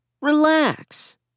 Relax